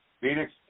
Phoenix